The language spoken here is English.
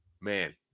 man